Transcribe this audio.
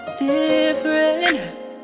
different